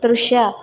ದೃಶ್ಯ